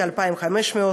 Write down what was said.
כ-2,500,